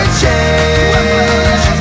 change